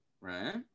right